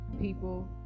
people